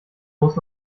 muss